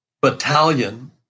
battalion